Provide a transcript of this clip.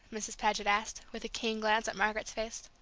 mrs. paget asked, with a keen glance at margaret's face.